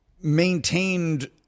maintained